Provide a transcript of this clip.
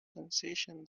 sensation